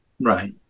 Right